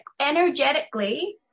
energetically